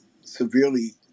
severely